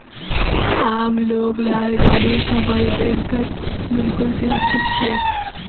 आम लोग लार गाढ़ी कमाई बैंकत बिल्कुल सुरक्षित छेक